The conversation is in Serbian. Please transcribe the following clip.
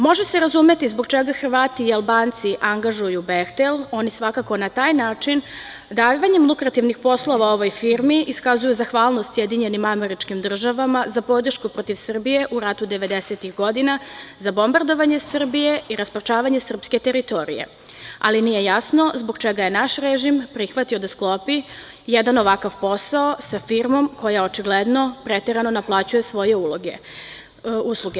Može se razumeti zbog čega Hrvati i Albanci angažuju "Behtel", jer oni svakako na taj način davanjem poslova ovoj firmi iskazuju zahvalnost SAD za podršku protiv Srbije u ratu 1990. godine, za bombardovanje Srbije i rasparčavanje srpske teritorije, ali nije jasno zbog čega je naš režim prihvatio da sklopi jedan ovakav posao sa firmom koja očigledno preterano naplaćuje svoje usluge?